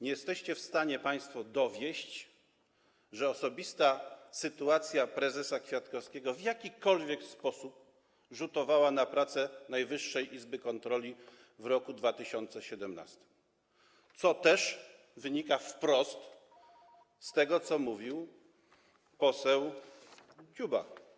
Nie jesteście w stanie państwo dowieść, że osobista sytuacja prezesa Kwiatkowskiego w jakikolwiek sposób rzutowała na pracę Najwyższej Izby Kontroli w roku 2017, co wynika wprost z tego, co mówił poseł Dziuba.